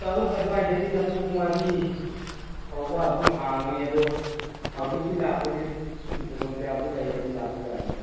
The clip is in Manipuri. ꯇꯔꯨꯛ ꯑꯗꯨꯋꯥꯏꯗꯒꯤꯅ ꯄꯨꯡ ꯃꯔꯤ ꯐꯥꯎꯕ ꯑꯗꯨꯝ ꯍꯥꯡꯏ ꯑꯗꯣ ꯍꯧꯖꯤꯛꯇꯤ ꯂꯥꯛꯄꯁꯤ ꯈꯨꯗꯣꯡ ꯆꯥꯕꯗꯨ ꯂꯩ ꯑꯗꯨꯝ ꯂꯥꯛꯄ ꯌꯥꯅꯤ